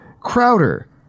Crowder